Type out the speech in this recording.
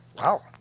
Wow